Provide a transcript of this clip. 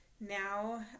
now